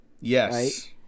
Yes